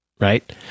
Right